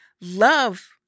love